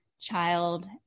child